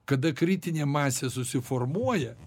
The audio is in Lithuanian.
kada kritinė masė susiformuoja